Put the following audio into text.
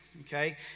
okay